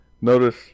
Notice